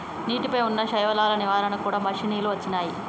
నీటి పై వున్నా శైవలాల నివారణ కూడా మషిణీలు వచ్చినాయి